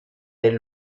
del